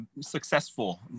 successful